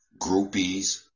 groupies